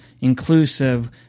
inclusive